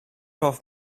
off